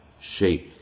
shape